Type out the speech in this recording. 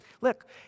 Look